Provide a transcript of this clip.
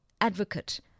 advocate